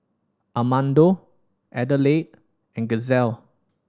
Amado Adelaide and Giselle